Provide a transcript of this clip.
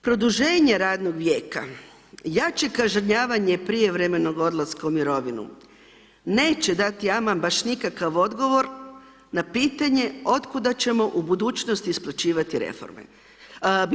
Produženje radnog vijeka, jače kažnjavanje prijevremenog odlaska u mirovinu neće dati ama baš nikakav odgovor na pitanje otkuda ćemo u budućnosti isplaćivati mirovine.